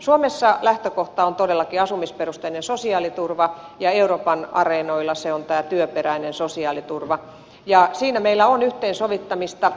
suomessa lähtökohta on todellakin asumisperusteinen sosiaaliturva ja euroopan areenoilla se on tämä työperäinen sosiaaliturva ja siinä meillä on yhteensovittamista